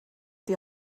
die